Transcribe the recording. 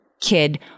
kid